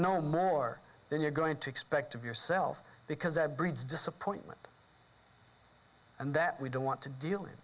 no more then you're going to expect of yourself because that breeds disappointment and that we don't want to deal with